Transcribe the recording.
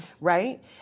right